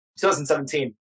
2017